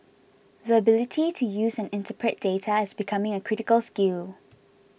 the ability to use and interpret data is becoming a critical skill